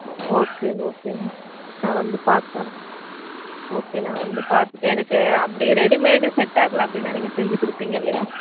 okay ஓகேங்க நான் வந்து பார்க்கறேன் ஓகே நான் வந்து பார்த்துட்டு எனக்கு அப்படி ரெடிமேடு செட் ஆகலை அப்படின்னா நீங்கள் செஞ்சு கொடுப்பீங்க இல்லையா